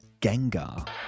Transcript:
Gengar